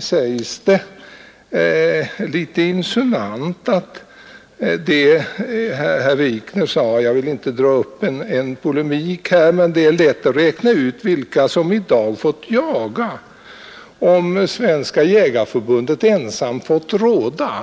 herr Wikner sade litet insinuant att det är lätt att räkna ut vilka som i dag fått jaga, om Svenska jägareförbundet ensamt fått råda.